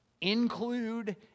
Include